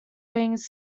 winged